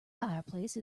fireplace